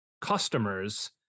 customers